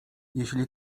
jeśli